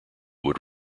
would